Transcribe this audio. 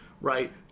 right